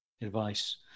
advice